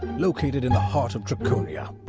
located in the heart of draconia.